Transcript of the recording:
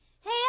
Hey